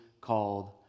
called